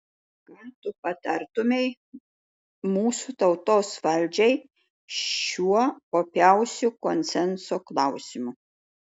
ką tu patartumei mūsų tautos valdžiai šiuo opiausiu konsenso klausimu